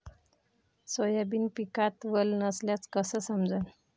Soybean पिकात वल नसल्याचं कस समजन?